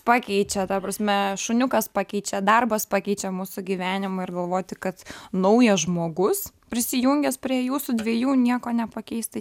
pakeičia ta prasme šuniukas pakeičia darbas pakeičia mūsų gyvenimą ir galvoti kad naujas žmogus prisijungęs prie jūsų dviejų nieko nepakeis tai